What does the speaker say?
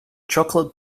chocolate